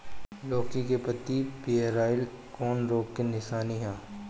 लौकी के पत्ति पियराईल कौन रोग के निशानि ह?